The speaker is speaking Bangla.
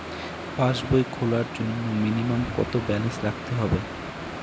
পাসবই খোলার জন্য মিনিমাম কত ব্যালেন্স রাখতে হবে?